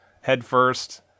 headfirst